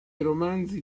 romanzi